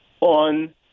on